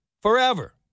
Forever